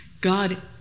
God